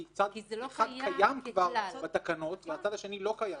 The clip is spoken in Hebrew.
כי צד אחד כבר קיים בתקנות והצד השני לא קיים.